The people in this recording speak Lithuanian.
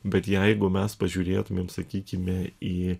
bet jeigu mes pažiūrėtumėm sakykime į